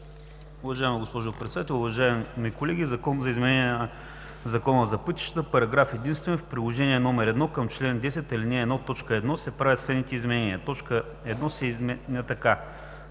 Уважаема госпожо Председател, уважаеми колеги! „Закон за изменение на Закона за пътищата. Параграф единствен. В Приложение № 1 към чл. 10, ал. 1, т. 1 се правят следните изменения: Точка 1 се изменя така: